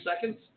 seconds